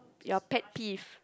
your pet peeve